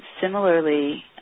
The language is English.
similarly